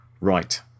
right